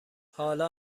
حالا